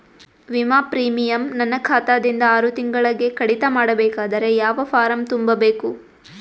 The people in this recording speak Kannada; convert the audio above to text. ವಿಮಾ ಪ್ರೀಮಿಯಂ ನನ್ನ ಖಾತಾ ದಿಂದ ಆರು ತಿಂಗಳಗೆ ಕಡಿತ ಮಾಡಬೇಕಾದರೆ ಯಾವ ಫಾರಂ ತುಂಬಬೇಕು?